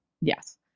Yes